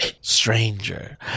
Stranger